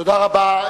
תודה רבה.